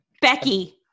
Becky